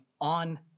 on